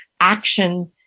action